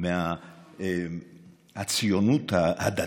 מהציונות הדתית.